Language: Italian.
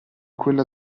quella